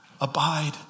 Abide